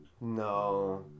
No